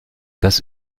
das